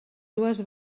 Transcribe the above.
dues